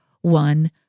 one